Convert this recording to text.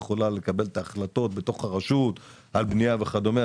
היא יכולה לקבל את ההחלטות בתוך הרשות על בנייה וכדומה.